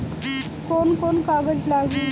कौन कौन कागज लागी?